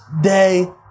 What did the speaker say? day